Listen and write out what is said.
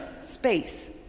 space